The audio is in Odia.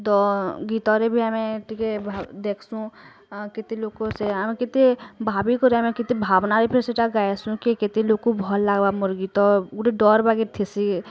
ତ ଗୀତରେ ବି ଆମେ ଟିକେ ଦେଖ୍ସୁଁ କେତେ ଲୋକ୍ ସେ ଆମେ କେତେ ଭାବିକରି କେତେ ଭାବନାଏଁ ଫେର୍ ସେଇଟା ଗାଏସୁଁ କିଏ କେତେ ଲୋକ ଭଲ୍ ଲାଗ୍ବା ମୋର୍ ଗୀତ ଗୁଟେ ଡର୍ ବାଗିର୍ ଥିସି